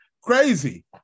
crazy